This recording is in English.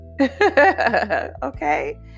Okay